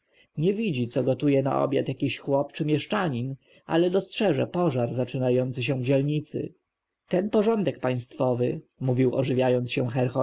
nie widzi co gotuje na obiad jakiś chłop albo mieszczanin ale dostrzeże pożar zaczynający się w dzielnicy ten porządek państwowy mówił ożywiając się